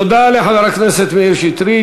תודה לחבר הכנסת מאיר שטרית.